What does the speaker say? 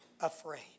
afraid